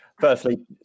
Firstly